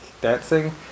dancing